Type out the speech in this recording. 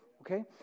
okay